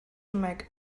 make